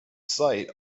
site